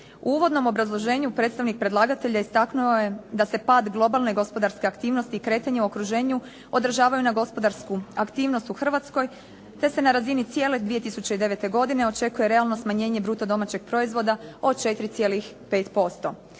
U uvodnom obrazloženju predstavnik predlagatelja istaknuo je da se pad globalne gospodarske aktivnosti i kretanje u okruženju odražavaju na gospodarsku aktivnost u Hrvatskoj te se na razini cijele 2009. godine očekuje realno smanjenje bruto domaćeg proizvoda od 4,5%.